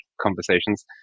conversations